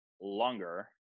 longer